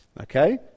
okay